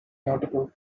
notable